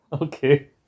Okay